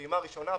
הפעימה הראשונה,